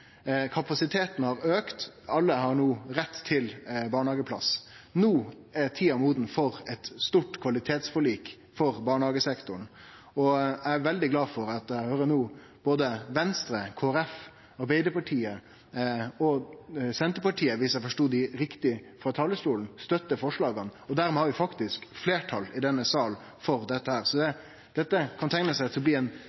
Kapasiteten har auka – alle har no rett til barnehageplass. No er tida moden for eit stort kvalitetsforlik for barnehagesektoren. Eg er veldig glad for at både Venstre, Kristeleg Folkeparti, Arbeidarpartiet og Senterpartiet – viss eg forstod dei riktig frå talarstolen – støttar forslaga. Dermed har vi faktisk fleirtal i denne salen for dette.